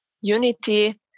unity